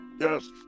Yes